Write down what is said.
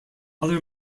other